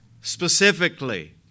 specifically